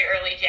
early